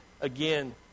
again